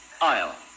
aisle